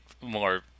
more